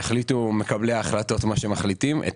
יחליטו מקבלי ההחלטות מה שמחליטים את